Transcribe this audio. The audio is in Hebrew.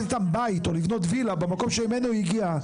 איתם בית או לבנות וילה במקום שממנו הוא הגיע,